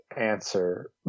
answer